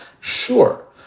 Sure